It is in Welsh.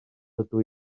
ydw